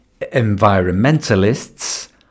Environmentalists